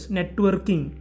Networking